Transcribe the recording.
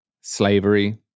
slavery